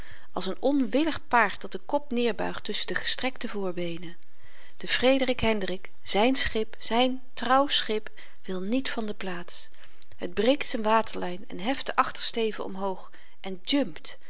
als n onwillig paard dat den kop neerbuigt tusschen de gestrekte voorbeenen de frederik hendrik zyn schip zyn trouw schip wil niet van de plaats het breekt z'n waterlyn en heft den achtersteven omhoog en